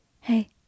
Hey